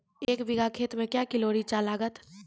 एक बीघा खेत मे के किलो रिचा लागत?